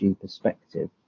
perspective